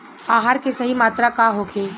आहार के सही मात्रा का होखे?